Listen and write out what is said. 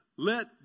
Let